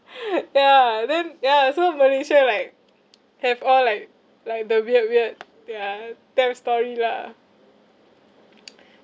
ya then ya so malaysia like have all like like the weird weird ya theft story lah